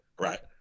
right